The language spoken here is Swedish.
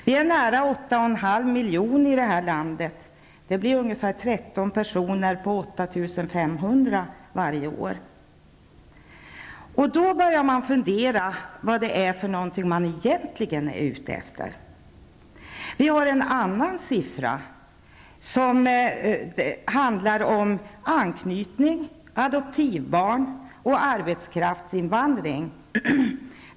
Vi är nära 8,5 milj. människor här i landet; det blir ungefär 13 personer på 8 500 varje år. Då börjar jag fundera vad det är man egentligen är ute efter. Vi har en annan siffra som avser anknytning, adoptivbarn och arbetskraftsinvandring.